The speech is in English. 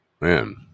Man